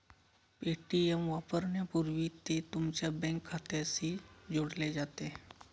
Paytm वापरण्यापूर्वी ते तुमच्या बँक खात्याशी जोडले जाते